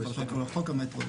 המטרו,